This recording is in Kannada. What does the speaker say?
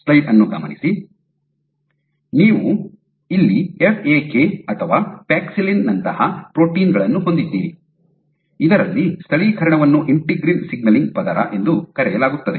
ಇಲ್ಲಿ ನೀವು ಎಫ್ ಎ ಕೆ ಅಥವಾ ಪ್ಯಾಕ್ಸಿಲಿನ್ ನಂತಹ ಪ್ರೋಟೀನ್ ಗಳನ್ನು ಹೊಂದಿದ್ದೀರಿ ಇದರಲ್ಲಿ ಸ್ಥಳೀಕರಣವನ್ನು ಇಂಟಿಗ್ರಿನ್ ಸಿಗ್ನಲಿಂಗ್ ಪದರ ಎಂದು ಕರೆಯಲಾಗುತ್ತದೆ